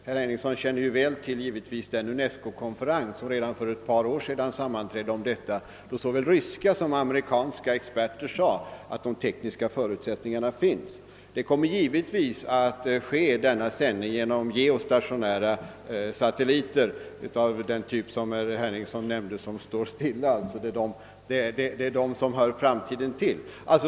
Herr Henningsson känner givetvis väl till den UNESCO-konferens som redan för ett par år sedan hölls beträffande denna fråga. Såväl ryska som amerikanska experter sade då att de tekniska förutsättningarna finns. Dessa sändningar kommer att ske via geostationära satelliter av den typ som herr Henningsson nämnde, sådana som »står stilla»; det är de som hör framtiden till.